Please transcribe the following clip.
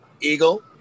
Eagle